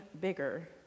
bigger